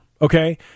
Okay